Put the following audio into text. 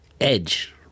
edge